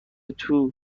توکسی